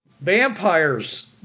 vampires